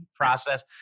process